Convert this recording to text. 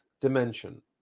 dimension